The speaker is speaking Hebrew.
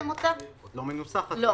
אוקיי.